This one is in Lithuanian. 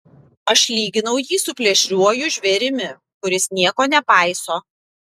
aš lyginau jį su plėšriuoju žvėrimi kuris nieko nepaiso